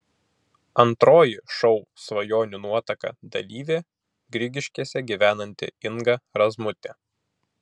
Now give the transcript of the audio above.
antroji šou svajonių nuotaka dalyvė grigiškėse gyvenanti inga razmutė